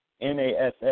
NASS